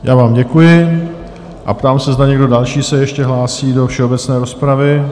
Já vám děkuji a ptám se, zda někdo další se ještě hlásí do všeobecné rozpravy?